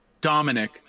dominic